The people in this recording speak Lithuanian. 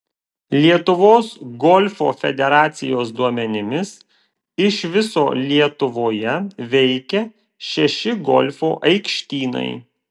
lietuvos golfo federacijos duomenimis iš viso lietuvoje veikia šeši golfo aikštynai